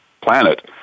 planet